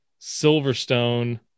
Silverstone